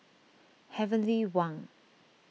Heavenly Wang